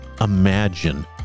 imagine